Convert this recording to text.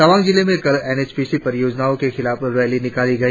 तवांग जिले में कल एन एच पी सी परियोजनाओं के खिलाफ रैली निकाली गई